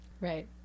Right